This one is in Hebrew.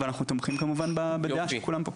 אנחנו תומכים בדעה של כולם פה.